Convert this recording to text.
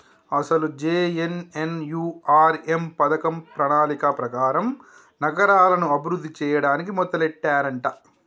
అసలు జె.ఎన్.ఎన్.యు.ఆర్.ఎం పథకం ప్రణాళిక ప్రకారం నగరాలను అభివృద్ధి చేయడానికి మొదలెట్టారంట